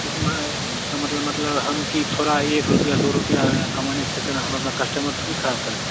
इसमें इसका मतलब मतलब हम कि थोड़ा एक रुपया दो रुपये कमाने के चक्कर में हम अपना कस्टमर थोड़ी ख़राब कर देंगे